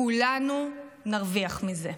כולנו נרוויח מזה.